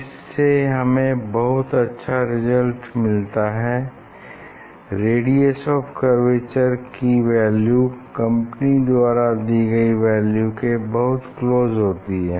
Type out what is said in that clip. इससे हमें बहुत अच्छा रिजल्ट मिलता है रेडियस ऑफ़ कर्वेचर की वैल्यू कम्पनी द्वारा दी गई वैल्यू के बहुत क्लोज होती है